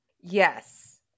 Yes